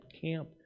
camp